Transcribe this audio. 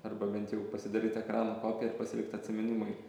arba bent jau pasidaryt ekrano kopiją ir pasilikt atsiminimui